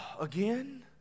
again